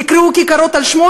יקראו כיכרות על שמו,